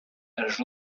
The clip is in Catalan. els